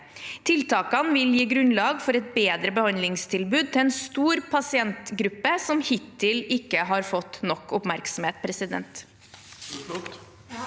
Tiltakene vil gi grunnlag for et bedre behandlingstilbud til en stor pasientgruppe som hittil ikke har fått nok oppmerksomhet. Sandra